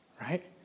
right